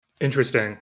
Interesting